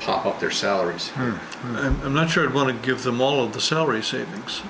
pop up their salaries and i'm not sure i'd want to give them all of the salary savings